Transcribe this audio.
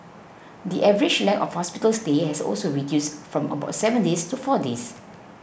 the average length of hospital stay has also reduced from about seven days to four days